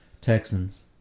Texans